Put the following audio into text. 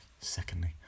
secondly